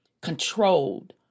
controlled